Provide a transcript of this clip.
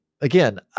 Again